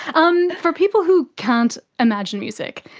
um for people who can't imagine music,